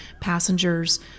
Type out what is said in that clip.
passengers